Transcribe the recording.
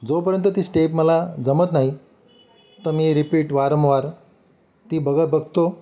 जोपर्यंत ती स्टेप मला जमत नाही तर मी रिपीट वारंवार ती बघ बघतो